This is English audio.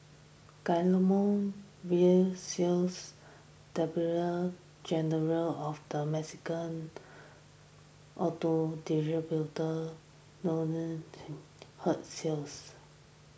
Guillermo Rosales general of the Mexican auto distributors notion hurt sales